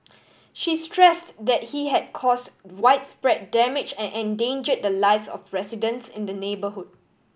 she stressed that he had caused widespread damage and endanger the lives of residents in the neighbourhood